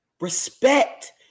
Respect